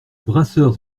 brasseurs